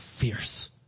fierce